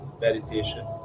meditation